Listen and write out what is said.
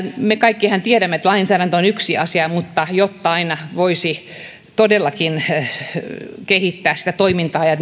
me kaikkihan tiedämme että lainsäädäntö on yksi asia mutta jotta aina voisi todellakin kehittää sitä toimintaa ja